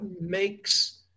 makes